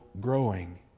growing